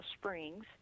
Springs